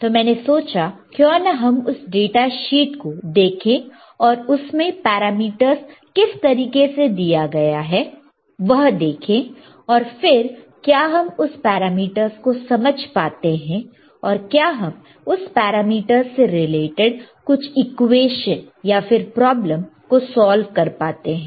तो मैंने सोचा क्यों ना हम उस डेटाशीट को देखें और उसमें पैरामीटर्स किस तरीके से दिया गया है वह देखें और फिर क्या हम उस पैरामीटर्स को समझ पाते हैं और क्या हम उस पैरामीटर से रिलेटेड कुछ इक्वेशन या फिर कुछ प्रॉब्लमस को सॉल्व कर पाते हैं